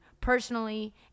personally